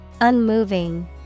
Unmoving